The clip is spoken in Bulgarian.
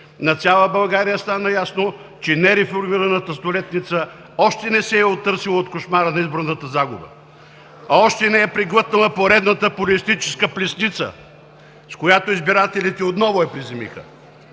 на цяла България стана ясно, че нереформираната столетница още не се е отърсила от кошмара на изборната загуба, още не е преглътнала поредната политическа плесница, с която избирателите отново я приземиха.